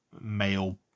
male